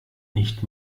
nicht